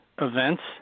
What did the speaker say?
events